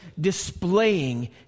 displaying